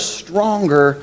stronger